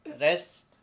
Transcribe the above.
rest